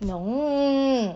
no